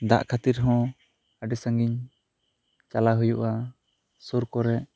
ᱫᱟᱜ ᱠᱷᱟᱹᱛᱤᱨ ᱦᱚᱸ ᱟᱹᱰᱤ ᱥᱟ ᱜᱤᱧ ᱪᱟᱞᱟᱣ ᱦᱩᱭᱩᱜᱼᱟ ᱥᱩᱨ ᱠᱚᱨᱮ